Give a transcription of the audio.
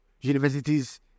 universities